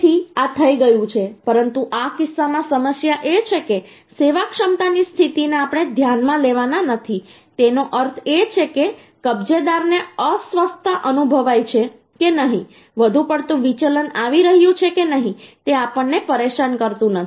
તેથી આ થઈ ગયું છે પરંતુ આ કિસ્સામાં સમસ્યા એ છે કે સેવાક્ષમતાની સ્થિતિને આપણે ધ્યાનમાં લેવાના નથી તેનો અર્થ એ છે કે કબજેદારને અસ્વસ્થતા અનુભવાય છે કે નહીં વધુ પડતું વિચલન આવી રહ્યું છે કે નહીં તે આપણને પરેશાન કરતું નથી